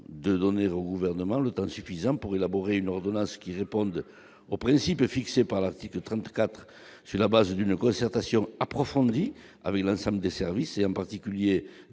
de donner, vous ne ment le temps suffisant pour élaborer une ordonnance qui répondent aux principes fixés par l'article 34 sur la base d'une concertation approfondie avec l'ensemble des services et en particulier